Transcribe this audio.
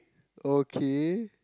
okay